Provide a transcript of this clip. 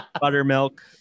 buttermilk